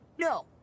No